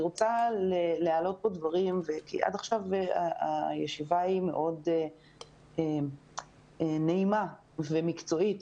אני רוצה להעלות דברים כי עד עכשיו הישיבה היא מאוד נעימה ומקצועית,